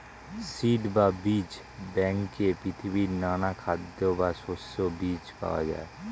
seed বা বীজ ব্যাংকে পৃথিবীর নানা খাদ্যের বা শস্যের বীজ পাওয়া যায়